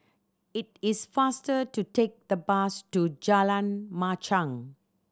it is faster to take the bus to Jalan Machang